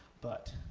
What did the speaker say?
but